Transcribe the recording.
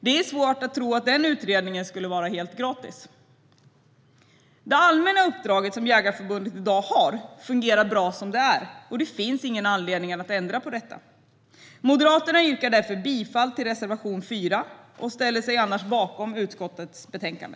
Det är svårt att tro att den utredningen skulle vara helt gratis. Det allmänna uppdrag som Jägareförbundet i dag har fungerar bra som det är, och det finns ingen anledning att ändra på detta. Å Moderaternas vägnar yrkar jag därför bifall till reservation 4. I övrigt ställer vi oss bakom förslaget i utskottets betänkande.